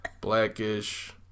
Blackish